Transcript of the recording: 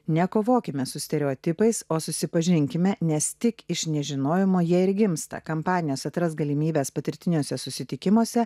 nekovokime su stereotipais o susipažinkime nes tik iš nežinojimo jie ir gimsta kampanijos atrask galimybes patirtiniuose susitikimuose